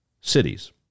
cities